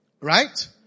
right